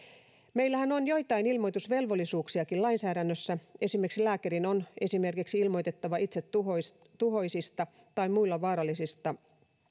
meillähän on joitain ilmoitusvelvollisuuksiakin lainsäädännössä esimerkiksi lääkärin on ilmoitettava itsetuhoisista tai muille vaarallisista